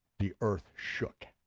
the earth shook,